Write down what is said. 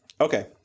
Okay